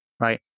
right